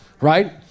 right